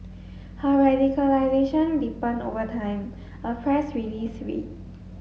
her radicalisation deepened over time a press release read